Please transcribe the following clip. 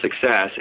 success